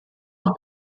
auch